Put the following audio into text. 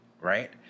right